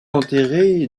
enterré